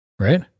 Right